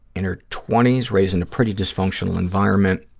in her twenty s, raised in a pretty dysfunctional environment.